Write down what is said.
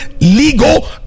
legal